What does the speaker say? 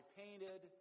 painted